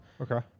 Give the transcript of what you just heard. Okay